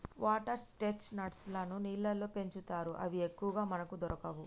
water chest nuts లను నీళ్లల్లో పెంచుతారు అవి ఎక్కువగా మనకు దొరకవు